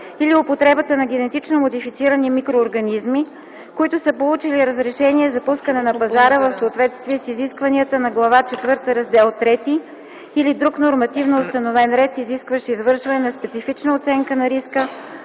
или употребата на генетично модифицирани микроорганизми, които са получили разрешение за пускане на пазара в съответствие с изискванията на Глава четвърта, Раздел ІІІ или друг нормативно установен ред, изискващ извършване на специфична оценка на риска,